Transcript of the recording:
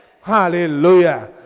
Hallelujah